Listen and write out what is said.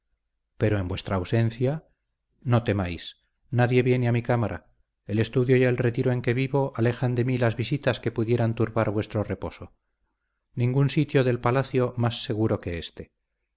pero en vuestra ausencia no temáis nadie viene a mi cámara el estudio y el retiro en que vivo alejan de mí las visitas que pudieran turbar vuestro reposo ningún sitio del palacio más seguro que éste